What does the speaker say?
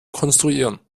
konstruieren